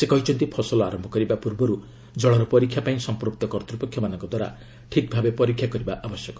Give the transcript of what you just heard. ସେ କହିଛନ୍ତି ଫସଲ ଆରମ୍ଭ କରିବା ପୂର୍ବରୁ ଜଳର ପରୀକ୍ଷା ପାଇଁ ସମ୍ପୃକ୍ତ କର୍ତ୍ତପକ୍ଷମାନଙ୍କ ଦ୍ୱାରା ଠିକ୍ଭାବେ ପରୀକ୍ଷା କରିବା ଆବଶ୍ୟକ